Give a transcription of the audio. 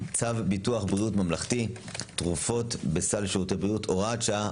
צו ביטוח בריאות ממלכתי (תרופות בסל שירותי בריאות) (הוראת שעה),